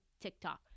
TikTok